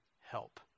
help